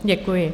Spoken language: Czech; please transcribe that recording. Děkuji.